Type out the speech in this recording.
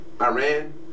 Iran